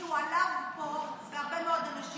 כי הוא עלב פה בהרבה מאוד אנשים